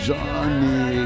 Johnny